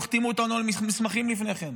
החתימו אותנו על מסמכים לפני כן,